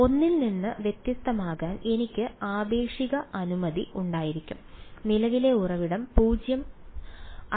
1 ൽ നിന്ന് വ്യത്യസ്തമാകാൻ എനിക്ക് ആപേക്ഷിക അനുമതി ഉണ്ടായിരിക്കും നിലവിലെ ഉറവിടം 0